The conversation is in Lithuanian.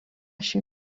šių